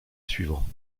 suivant